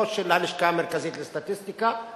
לא של הלשכה המרכזית לסטטיסטיקה,